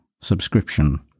subscription